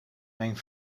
mijn